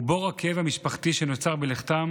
ובור הכאב המשפחתי שנוצר בלכתם